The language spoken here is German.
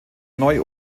neu